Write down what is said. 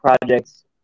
projects